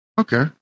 Okay